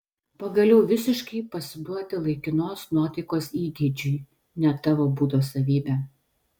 pagaliau visiškai pasiduoti laikinos nuotaikos įgeidžiui ne tavo būdo savybė